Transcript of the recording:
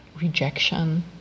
rejection